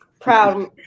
proud